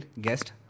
guest